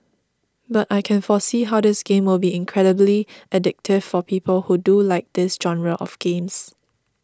but I can foresee how this game will be incredibly addictive for people who do like this genre of games